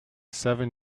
seven